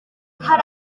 hari